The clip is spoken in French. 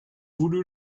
voulu